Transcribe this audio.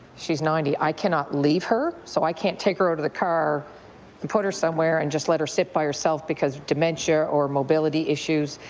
she is ninety. i cannot leave her. so i can't take her out of the car and put her somewhere and just let her sit by herself because of dementia or mobility issues.